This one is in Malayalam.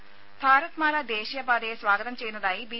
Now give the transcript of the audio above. ദേഴ ഭാരത് മാല ദേശീയ പാതയെ സ്വാഗതം ചെയ്യുന്നതായി ബി